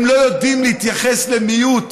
הם לא יודעים להתייחס למיעוט,